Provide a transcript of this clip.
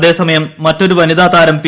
അതേസമയം മറ്റൊരു വനിതതാരം പി